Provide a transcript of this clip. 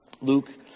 Luke